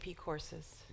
courses